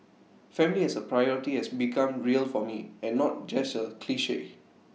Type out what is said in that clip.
family as A priority has become real for me and not just A cliche